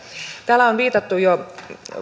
täällä on jo viitattu